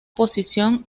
posición